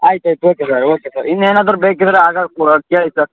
ಆಯ್ತು ಆಯ್ತು okay sir okay sir ಇನ್ನೇನಾದರು ಬೇಕಿದ್ದರೆ ಆರ್ಡರ್ ಕೊಡಿ ಕೇಳಿ ಸರ್